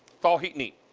thaw, heat, eat.